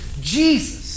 Jesus